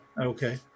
Okay